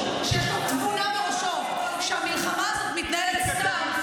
שיש לו תבונה בראשו שהמלחמה הזאת מתנהלת סתם,